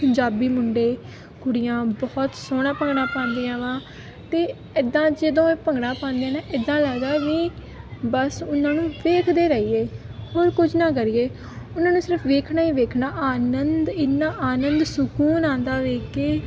ਪੰਜਾਬੀ ਮੁੰਡੇ ਕੁੜੀਆਂ ਬਹੁਤ ਸੋਹਣਾ ਭੰਗੜਾ ਪਾਉਂਦੀਆਂ ਵਾ ਅਤੇ ਇੱਦਾਂ ਜਦੋਂ ਇਹ ਭੰਗੜਾ ਪਾਉਂਦੀਆਂ ਨਾ ਇੱਦਾਂ ਲੱਗਦਾ ਵੀ ਬਸ ਉਹਨਾਂ ਨੂੰ ਵੇਖਦੇ ਰਹੀਏ ਹੋਰ ਕੁਝ ਨਾ ਕਰੀਏ ਉਹਨਾਂ ਨੂੰ ਸਿਰਫ ਵੇਖਣਾ ਹੀ ਵੇਖਣਾ ਆਨੰਦ ਇੰਨਾਂ ਆਨੰਦ ਸਕੂਨ ਆਉਂਦਾ ਵੇਖ ਕੇ